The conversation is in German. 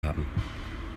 haben